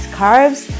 carbs